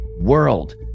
world